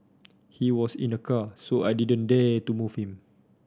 he was in a car so I didn't dare to move him